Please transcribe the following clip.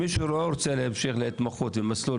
מי שלא רוצה להמשיך את ההתמחות במסלול